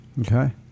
okay